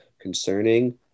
concerning